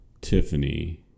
Tiffany